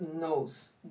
knows